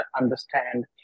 understand